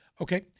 Okay